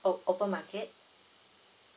oh open market